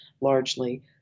largely